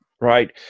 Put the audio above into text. Right